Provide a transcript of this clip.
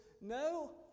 no